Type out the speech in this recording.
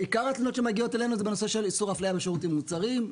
עיקר התלונות שמגיעות אלינו זה בנושא של איסור הפליה בשירותים ומוצרים.